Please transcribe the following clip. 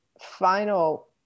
final